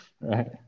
right